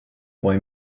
boy